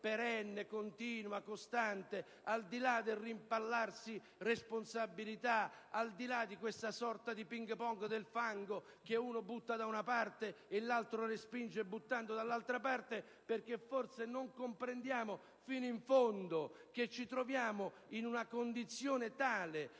perenne, continua e costante, al di là del rimpallarsi responsabilità, al di là di questa sorta di ping-pong del fango, (che uno butta da una parte e l'altro respinge buttandolo dall'altra parte) perché forse non comprendiamo fino in fondo che ci troviamo in una condizione in cui